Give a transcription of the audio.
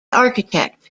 architect